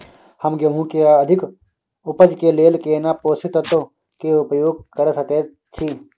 हम गेहूं के अधिक उपज के लेल केना पोषक तत्व के उपयोग करय सकेत छी?